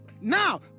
now